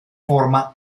forma